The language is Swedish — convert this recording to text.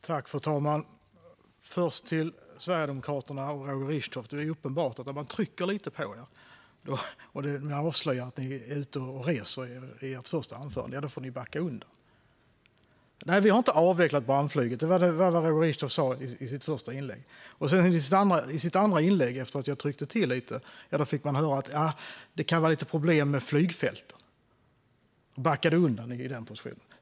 Fru talman! Jag vänder mig först till Sverigedemokraterna och Roger Richtoff. Det är uppenbart att när man trycker lite på er och avslöjar att ni är ute och reser, som i första anförandet, får ni backa undan. Nej, vi har inte avvecklat brandflyget. Det var vad Roger Richtoff sa i sitt första inlägg. I sitt andra inlägg, efter att jag hade tryckt till lite, fick vi höra att det kan vara lite problem med flygfälten. Han backade i den positionen.